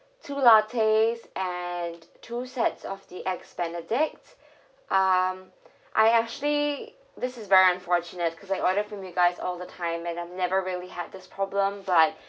two lattes and two sets of the eggs benedict um I actually this is very unfortunate because I order from you guys all the time and I've never really had this problem but